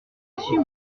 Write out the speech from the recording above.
bossu